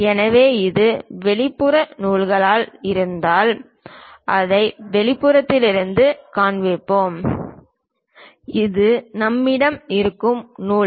எனவே இது வெளிப்புற நூல்களாக இருந்தால் அதை வெளிப்புறத்திலிருந்து காண்பிப்போம் இது நம்மிடம் இருக்கும் நூல்